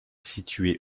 située